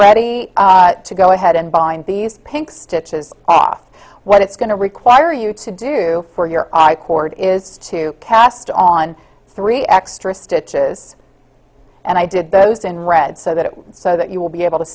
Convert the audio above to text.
ready to go ahead and bind these pink stitches off what it's going to require you to do for your cord is to cast on three extra stitches and i did those in red so that it so that you will be able to